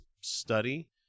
study